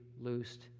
loosed